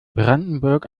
brandenburg